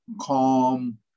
calm